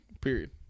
Period